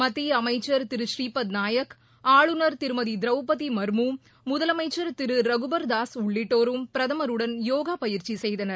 மத்திய அமைச்சர் திரு ஸ்ரீபத்நாயக் ஆளுநர் திரு திரௌபதி மர்மு முதலமைச்சர் திரு ரகுபர் தாஸ் உள்ளிட்டோரும் பிரதமருடன் யோகா பயிற்சி செய்தனர்